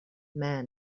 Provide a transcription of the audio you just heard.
man